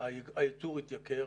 הייצור התייקר,